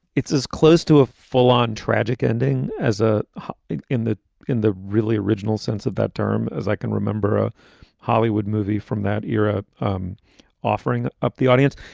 it's as close to a full on tragic ending as ah a in the in the really original sense of that term. as i can remember, a hollywood movie from that era um offering up the audience.